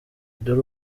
dore